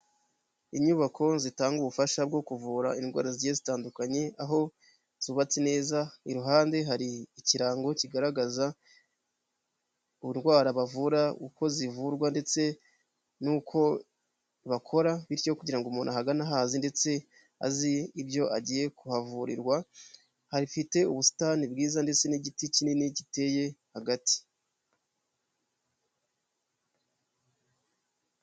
Inyubako zitanga ubufasha bwo kuvura indwara zigiye zitandukanye aho zubatse neza iruhande hari ikirango kigaragaza urwara bavura, uko zivurwa ndetse n'uko bakora bityo kugira ngo umuntu ahagana ahaz ndetse azi ibyo agiye kuhavurirwa, hafite ubusitani bwiza ndetse n'igiti kinini giteye hagati.